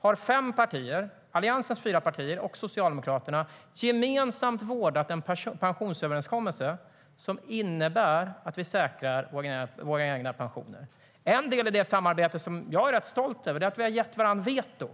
har fem partier - Alliansens fyra partier och Socialdemokraterna - gemensamt vårdat en pensionsöverenskommelse som innebär att vi säkrar våra egna pensioner. En del i det samarbetet som jag är rätt stolt över är att vi har gett varandra veto.